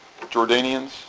Jordanians